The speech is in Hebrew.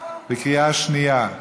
בקריאה שנייה?